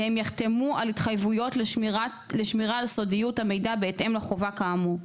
והם יחתמו על התחייבויות לשמירה על סודיות המידע בהתאם לחובה כאמור.